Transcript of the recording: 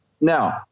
now